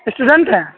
student ہیں